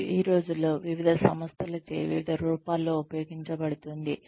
మరియు ఈ రోజుల్లో వివిధ సంస్థలచే వివిధ రూపాల్లో ఉపయోగించబడుతుంది